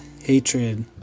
hatred